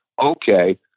okay